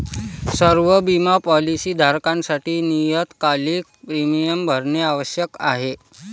सर्व बिमा पॉलीसी धारकांसाठी नियतकालिक प्रीमियम भरणे आवश्यक आहे